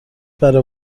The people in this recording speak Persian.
برا